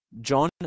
John